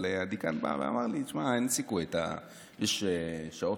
אבל הדיקן בא ואמר לי: אין סיכוי, יש שעות